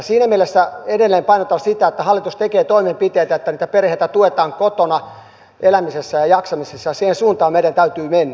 siinä mielessä edelleen painotan sitä että hallitus tekee toimenpiteitä että niitä perheitä tuetaan kotona elämisessä ja jaksamisessa ja siihen suuntaan meidän täytyy mennä